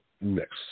next